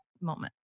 moment